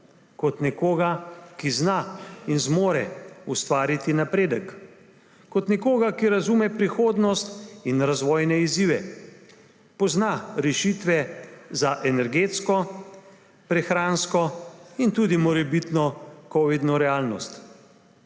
kot nekoga, ki zna in zmore ustvariti napredek, kot nekoga, ki razume prihodnost in razvojne izzive, pozna rešitve za energetsko, prehransko in tudi morebitno covidno realnost.